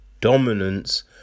dominance